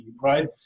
right